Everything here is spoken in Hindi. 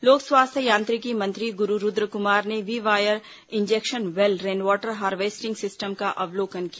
लोक स्वास्थ्य यांत्रिकी मंत्री गुरू रूद्रकुमार ने V wire injection well rainwater harvesting system का अवलोकन किया